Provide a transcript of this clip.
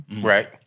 Right